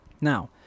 Now